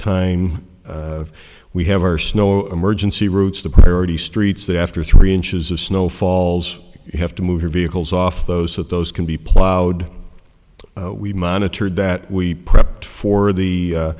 time we have our snow emergency routes the priority streets that after three inches of snow falls you have to move your vehicles off those that those can be plowed we monitored that we prepped for the